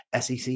SEC